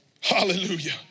Hallelujah